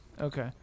Okay